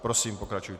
Prosím pokračujte.